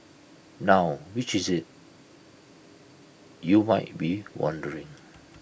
now which is IT you might be wondering